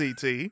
CT